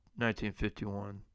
1951